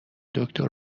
دکتر